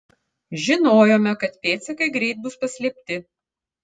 žinojome kad pėdsakai greit bus paslėpti